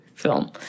film